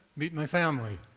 meet my family.